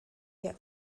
their